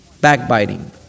backbiting